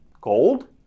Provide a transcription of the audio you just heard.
Gold